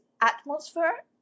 atmosphere